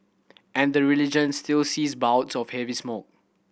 and the region still sees bouts of heavy smog